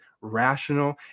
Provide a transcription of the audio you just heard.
rational